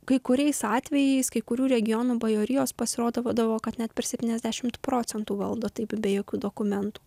kai kuriais atvejais kai kurių regionų bajorijos pasirodo būdavo kad net per septyniasdešimt procentų valdo taip be jokių dokumentų